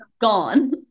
gone